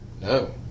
No